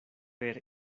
per